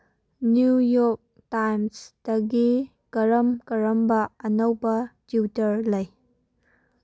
new York ꯇꯥꯏꯝꯁꯇꯒꯤ ꯀꯔꯝ ꯀꯔꯝꯕ ꯑꯅꯧꯕ ꯇ꯭ꯋꯤꯇꯔ ꯂꯩ